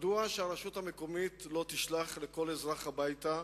מדוע שהרשות המקומית לא תשלח לכל אזרח הביתה,